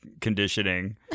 conditioning